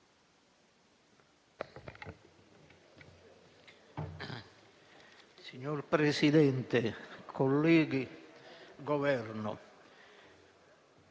Signor Presidente, colleghi, non